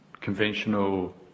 conventional